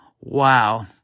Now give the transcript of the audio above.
Wow